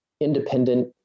independent